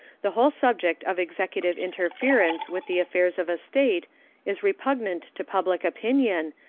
the whole subject of executive interference with the affairs of a state is repugnant to public opinion,